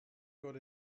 got